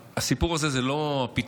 הסיפור הזה הוא לא הפתרון,